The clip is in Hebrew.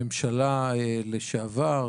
למעשה,